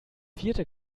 vierte